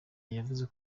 yavuze